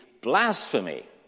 blasphemy